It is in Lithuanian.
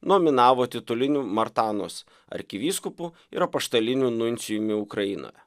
nominavo tituliniu martanos arkivyskupu ir apaštaliniu nuncijumi ukrainoje